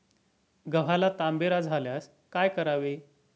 गव्हाला तांबेरा झाल्यास काय करावे?